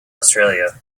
australia